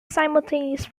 simultaneous